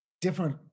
different